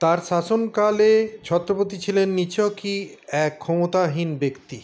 তাঁর শাসনকালে ছত্রপতি ছিলেন নিছকই এক ক্ষমতাহীন ব্যক্তি